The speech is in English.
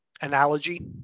analogy